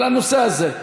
על הנושא הזה.